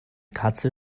katze